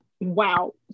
Wow